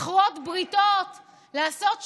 לכרות בריתות, לעשות שותפויות,